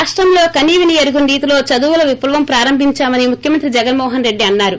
రాష్టంలో కనీవినీ ఎరుగని రీతిలో చదువుల విప్లవం ప్రారంభించామని ముఖ్యమంత్రి జగన్మోహన్ రెడ్డి అన్నారు